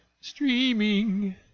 Streaming